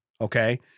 okay